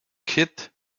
kid